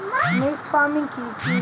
Mixed farming কি?